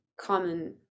common